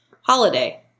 Holiday